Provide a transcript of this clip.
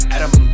Adam